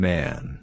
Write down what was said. Man